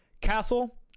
Castle